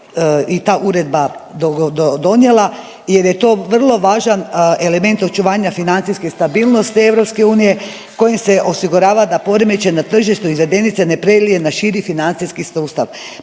i ta uredba donijela jer je to vrlo važan element očuvanja financijske stabilnosti EU kojim se osigurava da poremećeno tržište izvedenice ne prelije na širi financijski sustav,